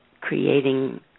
creating